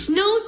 no